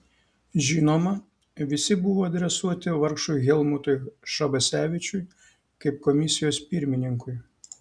žinoma visi buvo adresuoti vargšui helmutui šabasevičiui kaip komisijos pirmininkui